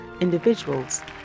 individuals